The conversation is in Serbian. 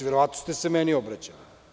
Verovatno ste se meni obraćali.